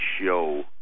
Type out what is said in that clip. show